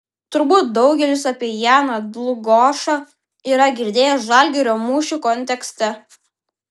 turbūt daugelis apie janą dlugošą yra girdėję žalgirio mūšio kontekste